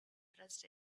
dressed